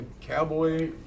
cowboy